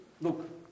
look